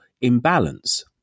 imbalance